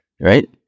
right